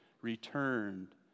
returned